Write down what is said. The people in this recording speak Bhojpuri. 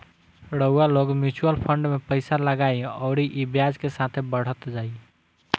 रउआ लोग मिऊचुअल फंड मे पइसा लगाई अउरी ई ब्याज के साथे बढ़त जाई